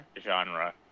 genre